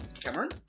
Cameron